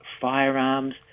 firearms